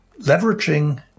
leveraging